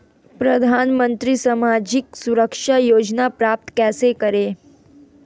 प्रधानमंत्री सामाजिक सुरक्षा योजना प्राप्त कैसे करें?